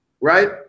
right